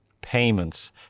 payments